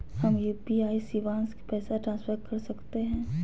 हम यू.पी.आई शिवांश पैसा ट्रांसफर कर सकते हैं?